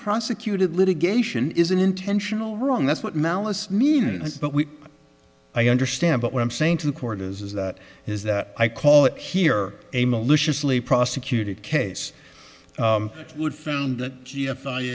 prosecuted litigation is an intentional wrong that's what malice meanings but we i understand but what i'm saying to the court is is that is that i call here a maliciously prosecuted case would found that